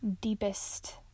deepest